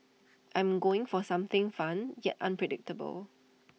I'm going for something fun yet unpredictable